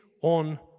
on